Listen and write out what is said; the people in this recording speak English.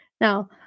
Now